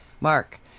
Mark